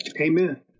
Amen